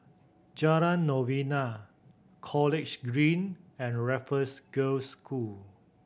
Jalan Novena College Green and Raffles Girls' School